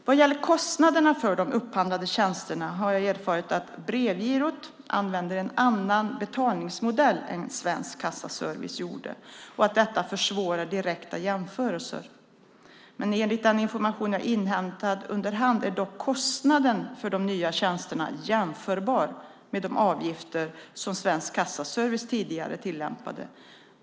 Vad gäller kostnaderna för de upphandlade tjänsterna har jag erfarit att Brevgirot använder en annan betalningsmodell än Svensk Kassaservice gjorde och att detta försvårar direkta jämförelser. Enligt den information jag inhämtat under hand är dock kostnaden för de nya tjänsterna jämförbar med de avgifter som Svensk Kassaservice tidigare tillämpade.